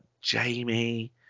Jamie